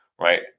right